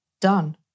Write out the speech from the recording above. done